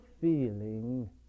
feeling